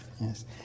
yes